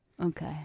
Okay